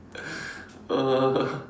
uh